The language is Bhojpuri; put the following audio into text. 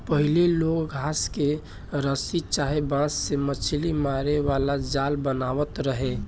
पहिले लोग घास के रसरी चाहे बांस से मछरी मारे वाला जाल बनावत रहले